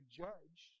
judge